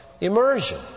immersion